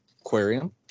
aquarium